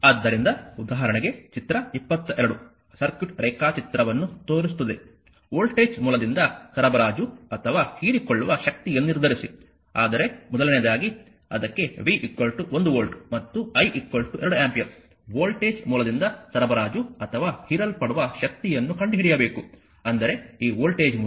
ಆದ್ದರಿಂದ ಉದಾಹರಣೆಗೆ ಚಿತ್ರ 22 ಸರ್ಕ್ಯೂಟ್ ರೇಖಾಚಿತ್ರವನ್ನು ತೋರಿಸುತ್ತದೆ ವೋಲ್ಟೇಜ್ ಮೂಲದಿಂದ ಸರಬರಾಜು ಅಥವಾ ಹೀರಿಕೊಳ್ಳುವ ಶಕ್ತಿಯನ್ನು ನಿರ್ಧರಿಸಿ ಆದರೆ ಮೊದಲನೆಯದಾಗಿ ಅದಕ್ಕೆ v 1 ವೋಲ್ಟ್ ಮತ್ತು i 2 ಆಂಪಿಯರ್ ವೋಲ್ಟೇಜ್ ಮೂಲದಿಂದ ಸರಬರಾಜು ಅಥವಾ ಹೀರಲ್ಪಡುವ ಶಕ್ತಿಯನ್ನು ಕಂಡುಹಿಡಿಯಬೇಕು ಅಂದರೆ ಈ ವೋಲ್ಟೇಜ್ ಮೂಲ